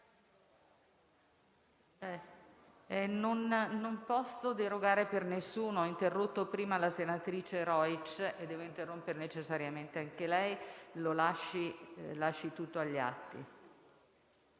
non posso derogare per nessuno; ho interrotto prima la senatrice Rojc e devo interrompere necessariamente anche lei. Lasci eventualmente